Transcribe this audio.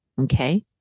Okay